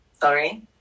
Sorry